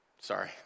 Sorry